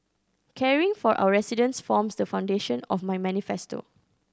caring for our residents forms the foundation of my manifesto